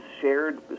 shared